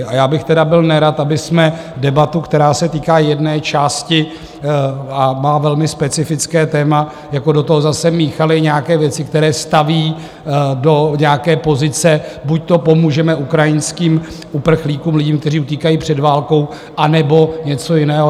A já bych tedy byl nerad, abychom debatu, která se týká jedné části a má velmi specifické téma, do toho zase míchali nějaké věci, které staví do nějaké pozice buďto pomůžeme ukrajinským uprchlíkům, lidem, kteří utíkají před válkou, anebo něco jiného.